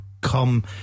come